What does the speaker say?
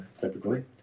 typically